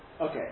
Okay